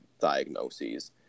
diagnoses